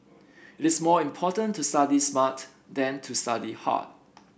it's more important to study smart than to study hard